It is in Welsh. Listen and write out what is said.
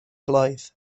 blwydd